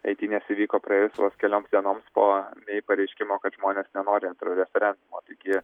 eitynės įvyko praėjus vos kelioms dienoms po mei pareiškimo kad žmonės nenori antro referendumo taigi